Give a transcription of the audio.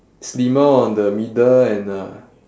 slimmer on the middle and uh